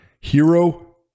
hero